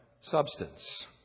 substance